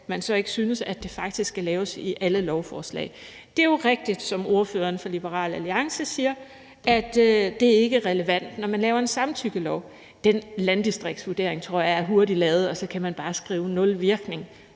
man så ikke synes, at det faktisk skal laves i alle lovforslag. Det er jo rigtigt, som ordføreren for Liberal Alliance siger, at det ikke er relevant, når man laver en samtykkelov. Den landdistriktsvurdering tror jeg er hurtigt lavet, og så kan man bare skrive: Nul virkning.